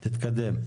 תתקדם.